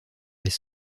les